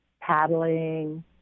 paddling